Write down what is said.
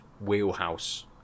wheelhouse